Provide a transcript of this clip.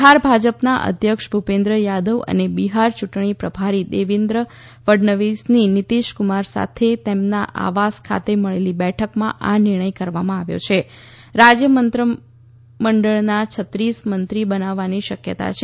બિહાર ભાજપના અધ્યક્ષ ભૂપેન્દ્ર યાદવ અને બિહાર યૂંટણી પ્રભારી દેવેન્દ્ર ફડણવીસની નિતીશક્રમાર સાથે તેમના આવાસ ખાતે મળેલી બેઠકમાં આ નિર્ણય કરવામાં આવ્યો હાં રાજ્ય મંત્રમંડળમાં છત્રીસ મંત્રી બનાવવાની શક્યતા છે